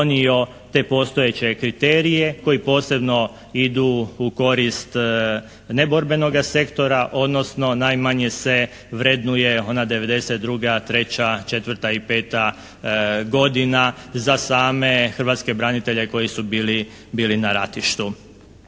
te postojeće kriterije koji posebno idu u korist neborbenoga sektora odnosno najmanje se vrednuje ona '92., '93., '94., i '95. godina za same hrvatske branitelje koji su bili na ratištu.